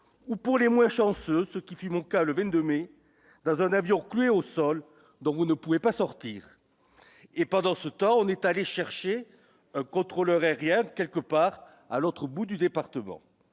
ou pour les moins chanceux, ce qui fut mon cas, le 22 mai dans un avion cloué au sol, donc vous ne pouvez pas sortir et pendant ce temps, on est allé chercher un contrôleur aérien quelque part à l'autre bout du département